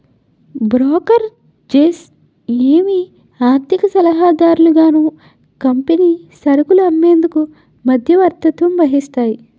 brokerages ఏవి ఆర్థిక సలహాదారులుగాను కంపెనీ సరుకులు అమ్మేందుకు మధ్యవర్తత్వం వహిస్తాయి